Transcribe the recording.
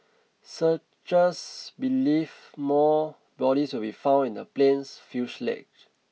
searchers believe more bodies will be found in the plane's fuselage